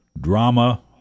drama